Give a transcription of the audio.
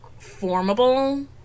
formable